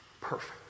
perfect